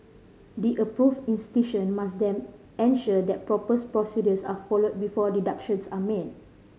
the approved institution must then ensure that proper procedures are followed before deductions are made